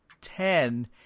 ten